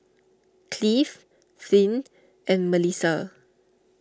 Cleave Finn and Milissa